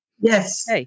Yes